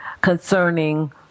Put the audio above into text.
concerning